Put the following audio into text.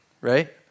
right